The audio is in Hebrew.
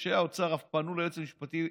אנשי האוצר אף פנו ליועץ המשפטי",